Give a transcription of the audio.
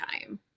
time